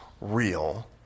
real